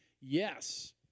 yes